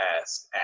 ask